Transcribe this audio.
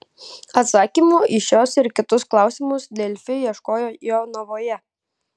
atsakymų į šiuos ir kitus klausimus delfi ieškojo jonavoje